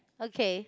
okay